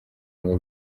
wanga